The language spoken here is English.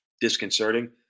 disconcerting